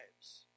lives